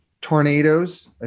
tornadoes